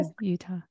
Utah